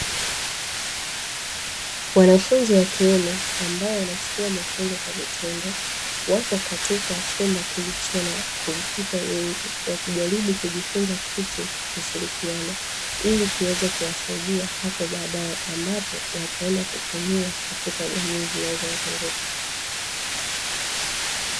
Wanafunzi wa kiume ambao wanachukua mafunzo kwa vitendo wapo katika chumba kilicho na computer nyingi wakijaribu kujifunza kitu kushirikiana ili kiweze kuwasaidia hapo baadaye ambapo wataenda kutumia katika jamii zinazowazunguka.